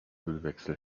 ölwechsel